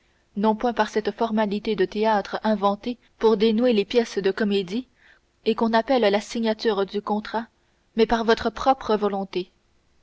non point par cette formalité de théâtre inventée pour dénouer les pièces de comédie et qu'on appelle la signature du contrat mais par votre propre volonté